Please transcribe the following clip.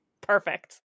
Perfect